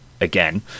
again